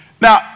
Now